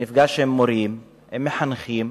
אני נפגש עם מורים, עם מחנכים,